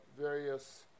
various